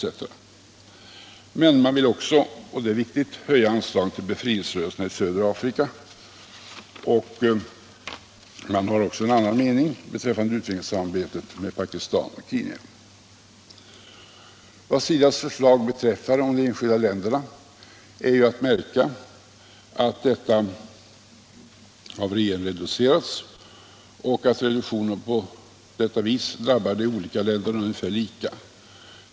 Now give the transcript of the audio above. Men socialdemokraterna vill även — och det är viktigt — höja anslagen till befrielserörelserna i södra Afrika, och man har också en annan mening beträffande utvecklingssamarbetet med Pakistan och Kenya. Vad SIDA:s förslag om de enskilda länderna beträffar är att märka att detta av regeringen reducerats och att reduktionen på sätt och vis drabbar de olika länderna ungefär lika.